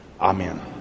Amen